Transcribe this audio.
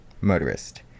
Motorist